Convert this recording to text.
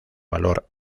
valor